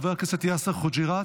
חבר הכנסת יאסר חוג'יראת,